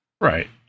Right